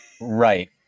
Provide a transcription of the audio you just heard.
Right